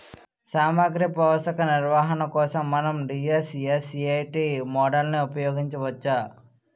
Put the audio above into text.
సామాగ్రి పోషక నిర్వహణ కోసం మనం డి.ఎస్.ఎస్.ఎ.టీ మోడల్ని ఉపయోగించవచ్చా?